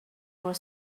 were